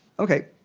okay.